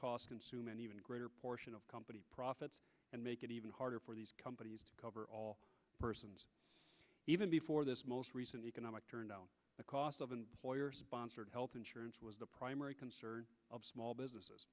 costs consume an even greater portion of company profits and make it even harder for these companies to cover all persons even before this most recent economic turndown the cost of employers sponsored health insurance was the primary concern